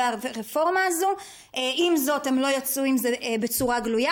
חברת הכנסת קסניה סבטלובה, בבקשה, גברתי.